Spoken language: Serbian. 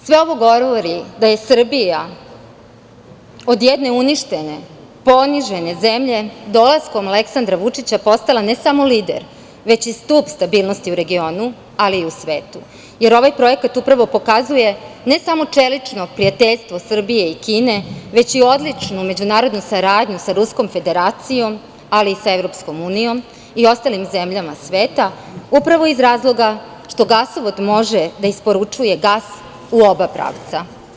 Sve govori da je Srbija od jedne uništene, ponižene zemlje, dolaskom Aleksandra Vučića postala ne samo lider, već i stub stabilnosti u regionu, ali i u svetu, jer ovaj projekat upravo pokazuje ne samo čelično prijateljstvo Srbije i Kine, već i odličnu međunarodnu saradnju sa Ruskom Federacijom, ali i sa Evropskom unijom i ostalim zemljama sveta, upravo iz razloga što gasovod može da isporučuje gas u oba pravca.